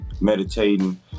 meditating